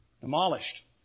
demolished